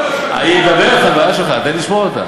בואו ננהיג בפעם הראשונה בבית הזה הצבעות.